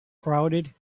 crowded